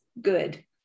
good